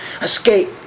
Escape